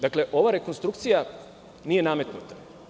Dakle, ova rekonstrukcija nije nametnuta.